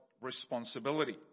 responsibility